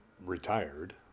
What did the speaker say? retired